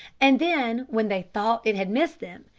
and then when they thought it had missed them,